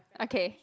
okay